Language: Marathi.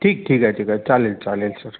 ठीक ठीक आहे ठीक आहे चालेल चालेल सर